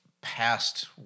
past